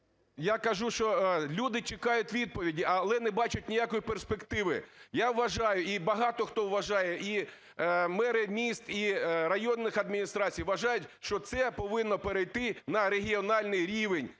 Я кажу, що люди чекають відповіді, але не бачать ніякої перспективи. Я вважаю, і багато хто вважає, і мери міст, і районних адміністрацій вважають, що це повинно перейти на регіональний рівень